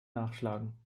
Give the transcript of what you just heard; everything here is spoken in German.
nachschlagen